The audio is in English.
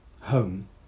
Home